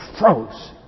froze